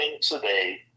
today